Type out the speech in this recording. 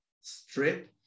strip